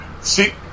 See